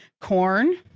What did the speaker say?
corn